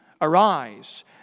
Arise